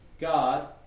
God